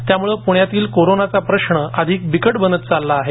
त्यामुळं पुण्यातील कोरोनाचा प्रश्न अधिक बिकट बनत चालला आहे